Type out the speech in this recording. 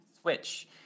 Switch